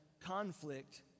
conflict